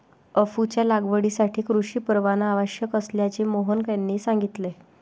अफूच्या लागवडीसाठी कृषी परवाना आवश्यक असल्याचे मोहन यांनी सांगितले